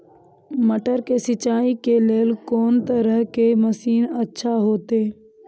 मटर के सिंचाई के लेल कोन तरह के मशीन अच्छा होते?